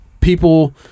People